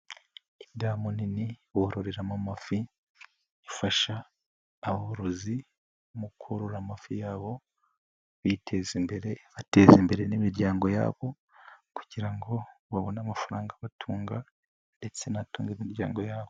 Indamu nini bororemo amafi, ifasha aborozi, mukurora amafi yabo, biteza imbere, bateza imbere n'imiryango yabo, kugira ngo babone amafaranga abatunga, ndetse n'atunga imiryango yabo.